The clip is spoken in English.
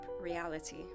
reality